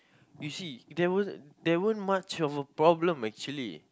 you see there were there weren't much of a problem actually